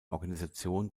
organisation